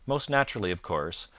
most naturally, of course,